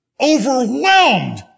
overwhelmed